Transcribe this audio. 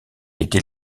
était